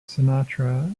sinatra